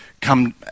come